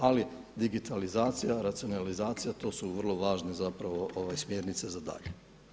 Ali digitalizacija, racionalizacija to su vrlo važne zapravo smjernice za dalje.